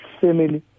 family